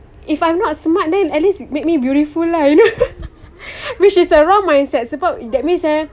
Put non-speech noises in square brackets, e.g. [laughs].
if I'm not smart then at least make me beautiful lah you know [laughs] which is a wrong mindset sebab that means eh